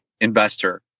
investor